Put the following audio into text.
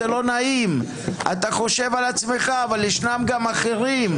זה לא נעים / אתה חושב על עצמך אבל ישנם גם אחרים.